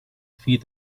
feed